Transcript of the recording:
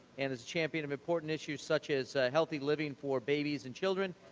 and is a champion of important issues such as healthy living for babies and children.